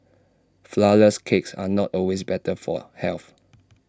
Flourless Cakes are not always better for health